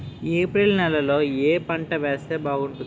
April నెలలో ఏ పంట వేస్తే బాగుంటుంది?